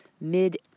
mid